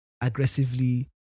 aggressively